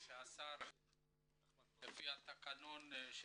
ועדת העלייה הקליטה והתפוצות בראשותי מקיימת ישיבה